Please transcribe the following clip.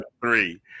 three